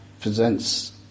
presents